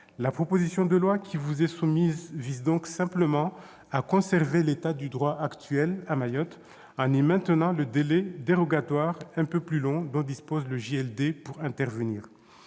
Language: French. La proposition de loi qui vous est soumise vise donc simplement à conserver l'état du droit actuel à Mayotte, en y maintenant le délai dérogatoire un peu plus long dont dispose le JLD pour intervenir.